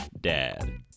DAD